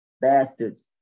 Bastards